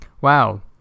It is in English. wow